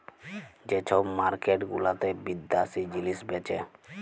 যে ছব মার্কেট গুলাতে বিদ্যাশি জিলিস বেঁচে